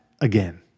again